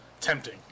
tempting